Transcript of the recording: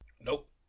Nope